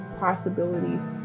possibilities